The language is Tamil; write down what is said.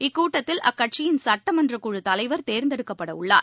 இக்கூட்டத்தில் அக்கட்சியின் சட்டமன்றக்குழு தலைவர் தேர்ந்தெடுக்கப்படவுள்ளார்